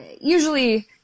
usually